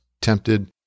tempted